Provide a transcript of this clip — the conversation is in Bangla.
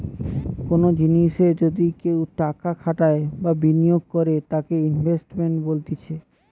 কোনো জিনিসে যদি কেও টাকা খাটাই বা বিনিয়োগ করে তাকে ইনভেস্টমেন্ট বলতিছে